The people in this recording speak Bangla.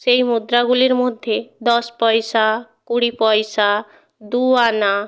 সেই মুদ্রাগুলির মধ্যে দশ পয়সা কুড়ি পয়সা দু আনা